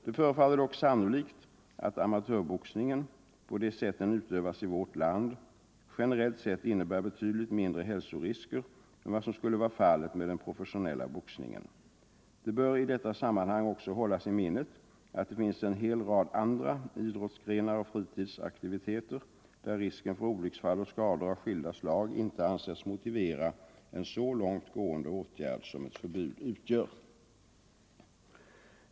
Det förefaller dock sannolikt att amatörboxningen — på det sätt den utövas i vårt land — generellt sett innebär betydligt mindre hälsorisker än vad som skulle vara fallet med den professionella boxningen. Det bör i detta sammanhang också hållas i minnet att det finns en hel rad andra idrottsgrenar och fritidsaktiviteter där risker för olycksfall och skador av skilda slag inte ansetts motivera en så långtgående åtgärd som ett förbud utgör.